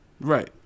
Right